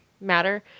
matter